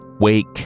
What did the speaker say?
Wake